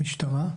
משטרה?